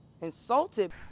insulted